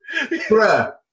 Bruh